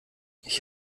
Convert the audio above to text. ich